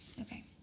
Okay